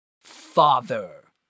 father